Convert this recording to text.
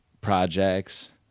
projects